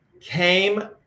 came